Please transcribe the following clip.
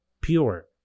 pure